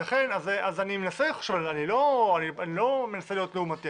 אז אני מנסה לחשוב, אני לא מנסה להיות לעומתי.